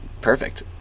perfect